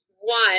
One